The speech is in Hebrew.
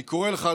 אני קורא לך,